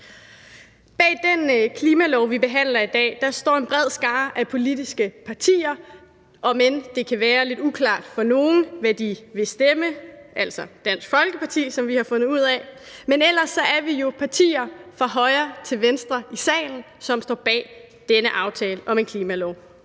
til en klimalov, vi behandler i dag, står en bred skare af politiske partier, om end det kan være lidt uklart for nogle, hvad de vil stemme – altså for Dansk Folkeparti, som vi har fundet ud af. Men ellers er vi jo partier fra højre til venstre i salen, som står bag denne aftale om en klimalov.